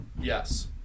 Yes